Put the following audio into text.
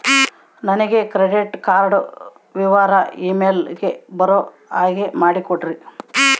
ನನಗೆ credit card ವಿವರ email ಗೆ ಬರೋ ಹಾಗೆ ಮಾಡಿಕೊಡ್ರಿ?